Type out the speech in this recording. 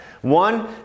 One